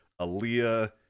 Aaliyah